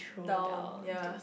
down ya